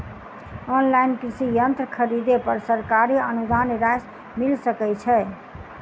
Online कृषि यंत्र खरीदे पर सरकारी अनुदान राशि मिल सकै छैय?